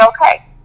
okay